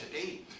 today